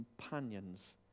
companions